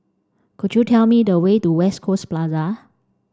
could you tell me the way to West Coast Plaza